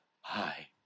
Hi